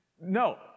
No